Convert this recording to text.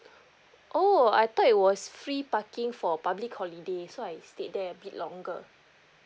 oh I thought it was free parking for public holiday so I stayed there a bit longer